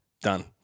done